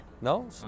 No